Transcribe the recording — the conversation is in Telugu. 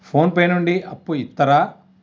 ఫోన్ పే నుండి అప్పు ఇత్తరా?